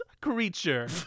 creature